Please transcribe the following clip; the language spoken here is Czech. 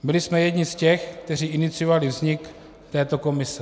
Byli jsme jedni z těch, kteří iniciovali vznik této komise.